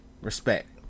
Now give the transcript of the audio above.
respect